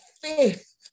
faith